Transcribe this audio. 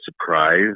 surprise